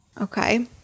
Okay